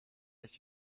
dat